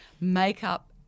makeup